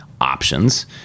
options